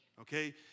okay